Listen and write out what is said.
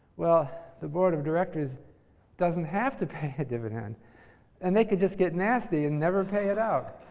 well, the board of directors doesn't have to pay a dividend and they could just get nasty and never pay it out.